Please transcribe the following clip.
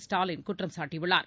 ஸ்டாலின்குற்றம் சாட்டியுள்ளார்